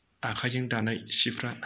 आखायजों दानाय सिफ्रा